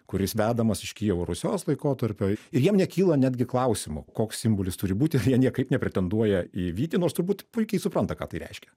kuris vedamas iš kijevo rusios laikotarpio ir jiem nekyla netgi klausimų koks simbolis turi būti jie niekaip nepretenduoja į vytį nors turbūt puikiai supranta ką tai reiškia